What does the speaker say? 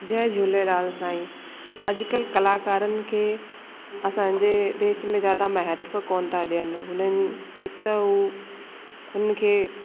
जय झूलेलाल साईं अॼुकल्ह कलाकारनि खे असांजे देश में ज़्यादा महत्व कोनि था ॾियनि हुननि हिकु त उहे हुननि खे